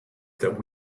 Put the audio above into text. that